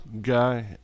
guy